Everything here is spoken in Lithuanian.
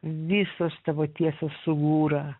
visos tavo tiesos sugūra